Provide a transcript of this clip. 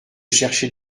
chercher